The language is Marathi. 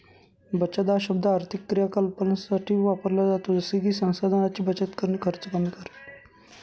बचत हा शब्द आर्थिक क्रियाकलापांसाठी वापरला जातो जसे की संसाधनांची बचत करणे, खर्च कमी करणे